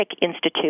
Institute